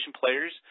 players